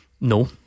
No